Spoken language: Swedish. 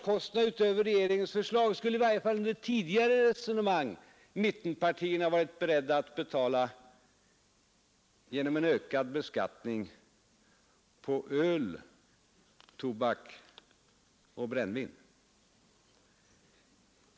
Mittenpartierna skulle i varje fall enligt tidigare resonemang ha varit beredda att betala en ökning av försvarskostnaderna utöver regeringens förslag genom en ökad beskattning på öl, tobak och brännvin.